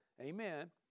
amen